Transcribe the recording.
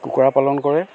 কুকুৰা পালন কৰে